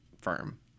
firm